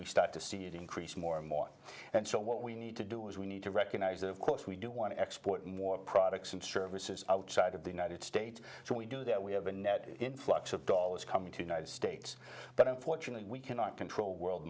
we start to see it increase more and more and so what we need to do is we need to recognize of course we do want to export more products and services outside of the united states so we do that we have a net influx of dollars coming to united states but unfortunately we cannot control world